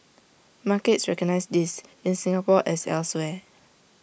markets recognise this in Singapore as elsewhere